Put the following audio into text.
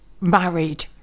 married